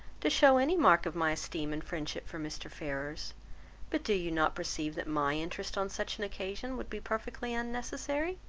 to show any mark of my esteem and friendship for mr. ferrars but do you not perceive that my interest on such an occasion would be perfectly unnecessary?